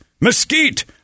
mesquite